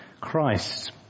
Christ